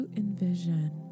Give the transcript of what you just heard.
envision